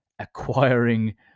acquiring